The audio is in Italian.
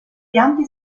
piante